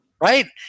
Right